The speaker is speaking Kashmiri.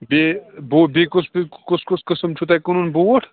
بیٚیہِ بو بیٚیہِ کُس کُس قٕسٕم چھُو تۄہہِ کٕنُن بوٗٹھ